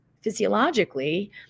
physiologically